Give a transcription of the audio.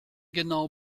genau